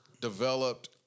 developed